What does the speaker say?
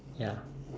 ya